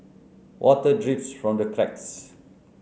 water drips from the cracks